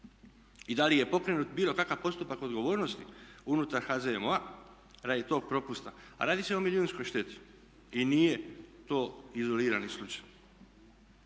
i da il je pokrenut bilo kakav postupak odgovornosti unutar HZMO-a radi tog propusta a radi se milijunskoj šteti. I nije to izolirani slučaj.